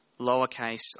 lowercase